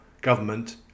government